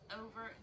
over